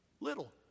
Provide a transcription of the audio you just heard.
little